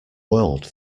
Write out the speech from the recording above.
world